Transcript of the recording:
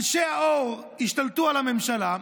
אנשי האור השתלטו על הממשלה,